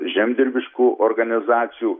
žemdirbiškų organizacijų